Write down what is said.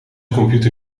computer